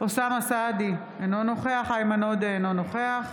אוסאמה סעדי, אינו נוכח איימן עודה, אינו נוכח